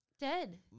dead